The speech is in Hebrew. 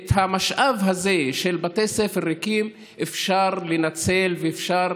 את המשאב הזה של בתי ספר ריקים אפשר לנצל, ואפשר